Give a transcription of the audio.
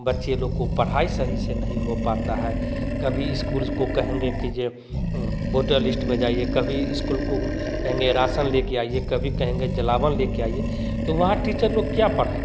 बच्चे लोग को पढ़ाई सही से नहीं हो पता है कभी स्कूल को कहेंगे कीजिए वोटर लिस्ट में जाइए कभी स्कूल को कहेंगे राशन लेके आईए कभी कहेंगे जलावन लेकर आईए वहाँ टीचर लोग क्या पढ़ाएँगे